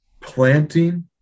planting